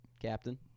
Captain